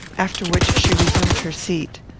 after which she resumed her seat.